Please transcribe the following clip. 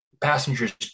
passengers